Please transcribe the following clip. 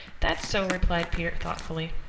that's so, replied peter thoughtfully.